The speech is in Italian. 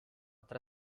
tre